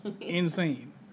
Insane